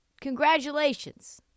Congratulations